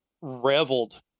reveled